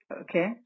Okay